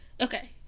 Okay